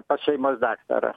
pas šeimos daktarą